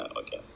okay